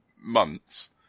months